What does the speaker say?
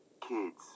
kids